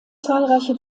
zahlreiche